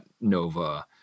Nova